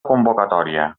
convocatòria